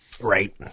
Right